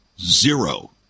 Zero